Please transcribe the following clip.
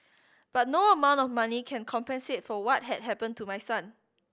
but no amount of money can compensate for what had happened to my son